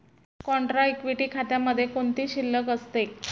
Contra equity खात्यामध्ये कोणती शिल्लक असते?